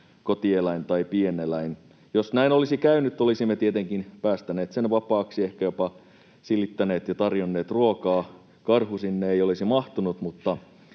kotieläin tai pieneläin. Jos näin olisi käynyt, olisimme tietenkin päästäneet sen vapaaksi, ehkä jopa silittäneet ja tarjonneet ruokaa. Karhu sinne ei olisi mahtunut, mutta